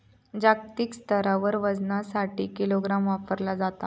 जागतिक स्तरावर वजनासाठी किलोग्राम वापरला जाता